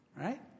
right